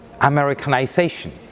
Americanization